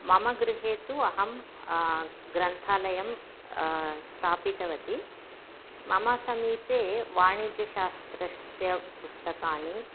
मम गृहे तु अहं ग्रन्थालयं स्थापितवती मम समीपे वाणिज्यशास्त्रस्य पुस्तकानि